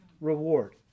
reward